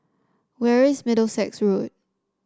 where is Middlesex Road